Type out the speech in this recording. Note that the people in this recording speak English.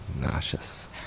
nauseous